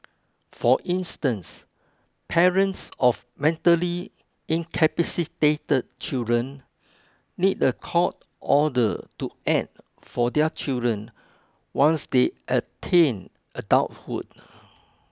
for instance parents of mentally incapacitated children need a court order to act for their children once they attain adulthood